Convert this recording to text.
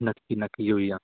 नक्की नक्की येऊया